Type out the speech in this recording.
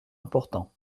important